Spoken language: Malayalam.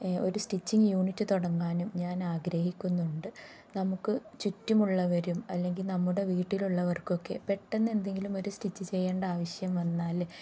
ഒരു സ്റ്റിച്ചിങ്ങ് യൂണിറ്റ് തുടങ്ങാനും ഞാൻ ആഗ്രഹിക്കുന്നുണ്ട് നമുക്കു ചുറ്റുമുള്ളവരും അല്ലെങ്കില് നമ്മുടെ വീട്ടിലുള്ളവർക്കൊക്കെ പെട്ടെന്ന് എന്തെങ്കിലും ഒരു സ്റ്റിച്ച് ചെയ്യേണ്ട ആവശ്യം വന്നാല്